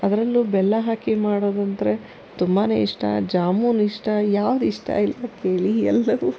ಅದರಲ್ಲು ಬೆಲ್ಲ ಹಾಕಿ ಮಾಡೋದಂದರೆ ತುಂಬಾ ಇಷ್ಟ ಜಾಮುನ್ ಇಷ್ಟ ಯಾವುದು ಇಷ್ಟ ಇಲ್ಲ ಕೇಳಿ ಎಲ್ಲವು